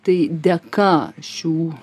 tai dėka šių